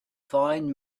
find